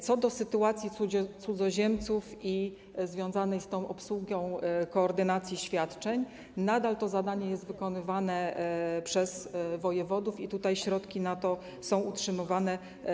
Co do sytuacji cudzoziemców i związanej z tą obsługą koordynacji świadczeń, nadal to zadanie jest wykonywane przez wojewodów i środki na to są utrzymywane.